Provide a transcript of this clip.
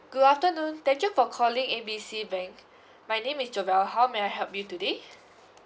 good afternoon thank you for calling A B C bank my name is javal how may I help you today